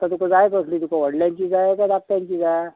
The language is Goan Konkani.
आतां तुका जाय कसली तुका व्हडल्यांची जाय काय धाकट्यांची जाय